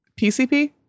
PCP